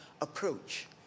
approach